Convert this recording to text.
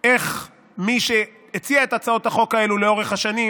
איך מי שהציע את הצעות החוק האלה לאורך השנים